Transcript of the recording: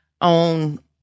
on